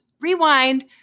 Rewind